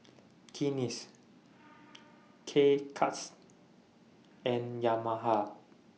Guinness K Cuts and Yamaha